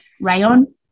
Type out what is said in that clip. rayon